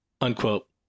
unquote